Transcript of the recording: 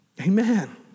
Amen